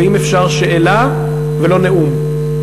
ואם אפשר שאלה ולא נאום.